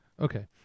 Okay